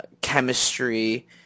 chemistry